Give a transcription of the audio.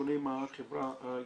שונה מהחברה היהודית.